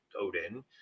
Odin